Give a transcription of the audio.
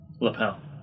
lapel